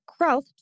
Krauth